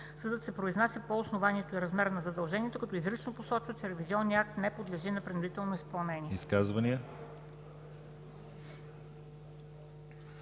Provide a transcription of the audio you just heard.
съдът се произнася по основанието и размера на задължението, като изрично посочва, че ревизионният акт не подлежи на принудително изпълнение“.